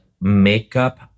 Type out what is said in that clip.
makeup